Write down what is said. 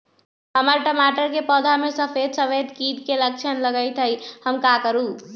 हमर टमाटर के पौधा में सफेद सफेद कीट के लक्षण लगई थई हम का करू?